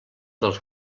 dels